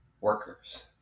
workers